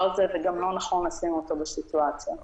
הזה וגם לא נכון לשים אותו בסיטואציה הזאת.